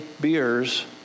beers